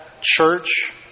church